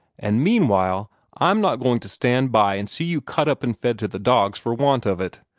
and meanwhile i'm not going to stand by and see you cut up and fed to the dogs for want of it.